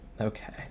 okay